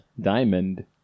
Diamond